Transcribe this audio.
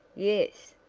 yes,